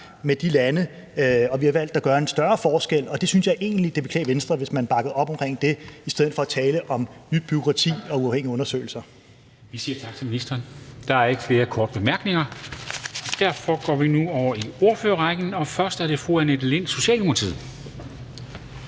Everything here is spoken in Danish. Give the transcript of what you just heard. med de lande, og vi har valgt at gøre en større forskel. Og jeg synes egentlig, det ville klæde Venstre, hvis man bakkede op om det i stedet for at tale om nyt bureaukrati og uafhængige undersøgelser. Kl. 20:24 Formanden (Henrik Dam Kristensen): Vi siger tak til ministeren. Der er ikke flere korte bemærkninger, og derfor går vi nu over til ordførerrækken. Først er det fru Annette Lind, Socialdemokratiet.